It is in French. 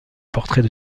portraits